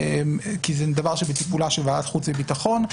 כי זה דבר שבטיפולה של ועדת חוץ וביטחון,